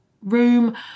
room